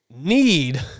need